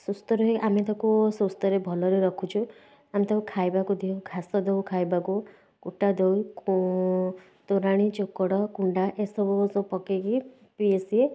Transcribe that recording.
ସୁସ୍ଥ ରୁହେ ଆମେ ତା'କୁ ସୁସ୍ଥରେ ଭଲରେ ରଖୁଛୁ ଆମେ ତା'କୁ ଖାଇବାକୁ ଦେଉ ଘାସ ଦେଉ ଖାଇବାକୁ କୁଟା ଦେଉ ତୋରାଣି ଚୋକଡ଼ କୁଣ୍ଡା ଏସବୁ ସବୁ ପକେଇକି ପିଏ ସିଏ